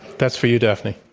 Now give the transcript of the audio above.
that's for you, daphne.